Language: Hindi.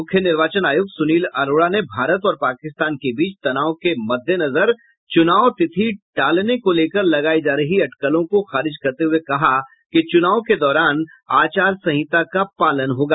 मुख्य निर्वाचन आयुक्त सुनील अरोड़ा ने भारत और पाकिस्तान के बीच तनाव के मद्देनजर चुनाव तिथि टालने को लेकर लगायी जा रही अटकलों को खारिज करते हुये कहा कि चुनाव के दौरान आचार संहिता का पालन होगा